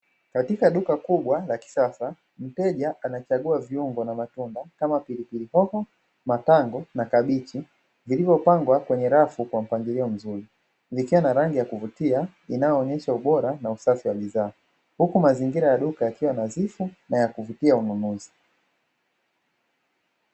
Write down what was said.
Katika duka kubwa la kisasa, mteja anachagua viungo na matunda kama pilipili hoho, matango na kabichi vilivyopangwa kwenye rafu kwa mpangilio mzuri, vikiwa na rangi ya kuvutia inayoonyesha ubora na usafi wa bidhaa, huku mazingira ya duka yakiwa nadhifu na ya kuvutia ununuzi.